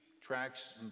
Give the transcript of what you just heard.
tracks